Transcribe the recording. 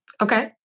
Okay